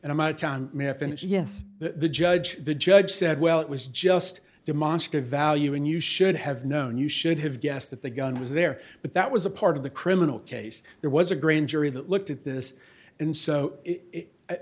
finish yes the judge the judge said well it was just demonstrative value and you should have known you should have guessed that the gun was there but that was a part of the criminal case there was a grand jury that looked at this and so